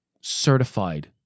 certified